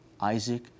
Isaac